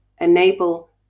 enable